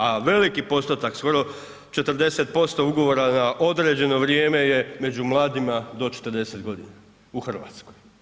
A veliki postotak, skoro 40% ugovora na određeno vrijeme je među mladima do 40 godina u Hrvatskoj.